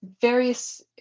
various